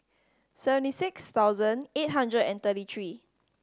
seventy six thousand eight hundred and thirty three